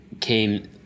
came